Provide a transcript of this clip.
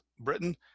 Britain